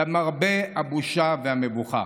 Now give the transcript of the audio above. למרבה הבושה והמבוכה.